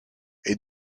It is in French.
est